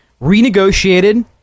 renegotiated